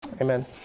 Amen